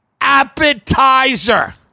Appetizer